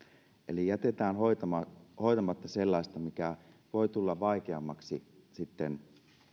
eli jätetään hoitamatta hoitamatta sellaista mikä voi tulla vaikeammaksi sitten